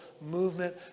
movement